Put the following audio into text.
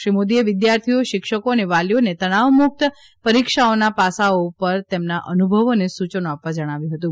શ્રી મોદીએ વિદ્યાર્થીઓ શિક્ષકો અને વાલીઓને તનાવમુક્ત પરીક્ષાઓના પાસાઓ ઉપર તેમના અનુભવો અને સૂચનો આપવા જણાવ્યું હતું